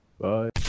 Bye